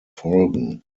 folgen